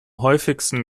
häufigsten